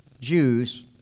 Jews